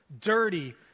dirty